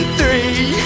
three